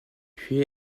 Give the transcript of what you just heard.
puis